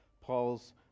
Paul's